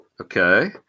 Okay